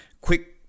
quick